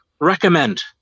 recommend